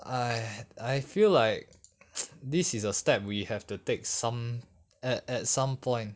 !aiya! I feel like this is a step we have to take some at at some point